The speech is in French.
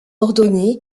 ordonné